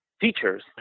teachers